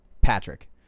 Patrick